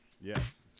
Yes